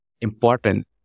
important